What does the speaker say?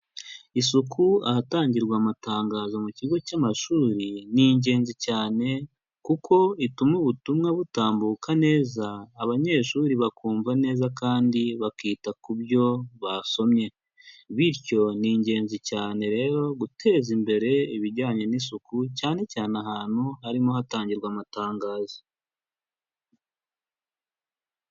Isuku ahatangirwa amatangazo mu kigo cy'amashuri ni ingenzi cyane kuko ituma ubutumwa butambuka neza abanyeshuri bakumva neza kandi bakita ku byo basomye, bityo ni ingenzi cyane rero guteza imbere ibijyanye n'isuku cyane cyane ahantu harimo hatangirwa amatangazo.